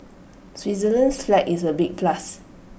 Switzerland's flag is A big plus